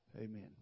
Amen